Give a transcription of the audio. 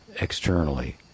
externally